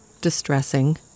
distressing